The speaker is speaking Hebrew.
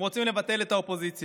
הם רוצים לבטל את האופוזיציה.